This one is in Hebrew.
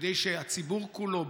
כדי שהציבור כולו,